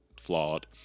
flawed